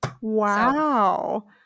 Wow